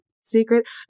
Secret